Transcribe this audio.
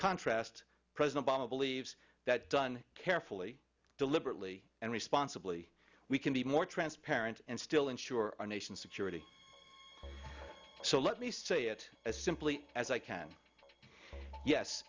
contrast president obama believes that done carefully deliberately and responsibly we can be more transparent and still ensure our nation's security so let me say it as simply as i can yes